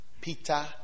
Peter